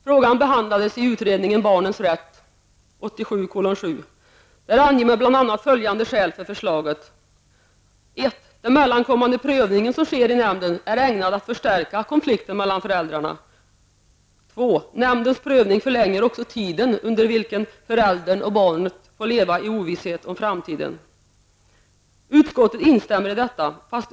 Frågan behandlas i utredningen Barnets rätt 87:7. Där anger man bl.a. följande skäl för förslaget: 1. Den mellankommande prövning som sker i nämnden är ägnad att förstärka konflikten mellan föräldrarna. 2. Nämndens prövning förlänger också tiden under vilken föräldern och barnet får leva i ovisshet om framtiden. Utskottet instämmer i detta.